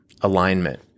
alignment